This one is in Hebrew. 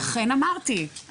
לכן אמרתי,